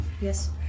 yes